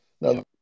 Now